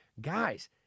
guys